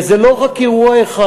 וזה לא רק אירוע אחד,